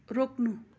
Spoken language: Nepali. रोक्नु